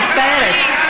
מצטערת.